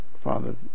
Father